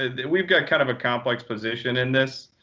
ah we've got kind of a complex position in this.